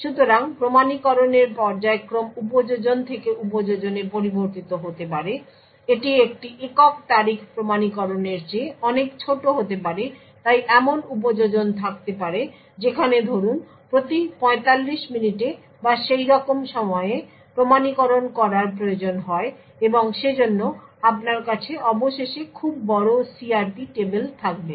সুতরাং প্রমাণীকরণের পর্যায়ক্রম উপযোজন থেকে উপযোজনে পরিবর্তিত হতে পারে এটি একটি একক তারিখ প্রমাণীকরণের চেয়ে অনেক ছোট হতে পারে তাই এমন উপযোজন থাকতে পারে যেখানে ধরুন প্রতি 45 মিনিটে বা সেইরকম সময়ে প্রমাণীকরণ করার প্রয়োজন হয় এবং সেজন্য আপনার কাছে অবশেষে খুব বড় CRP টেবিল থাকবে